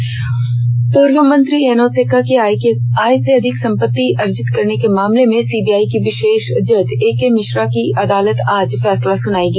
सुनवाई पूर्व मंत्री एनोस एक्का के आय से अधिक संपत्ति अर्जित करने के मामले में सीबीआई के विषेष जज ए के मिश्र की अदालत आज फैसला सुनायेगी